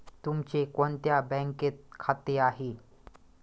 तुमचे कोणत्या बँकेत खाते आहे?